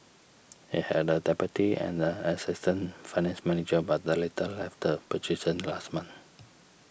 it had a deputy and an assistant finance manager but the latter left the position last month